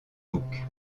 book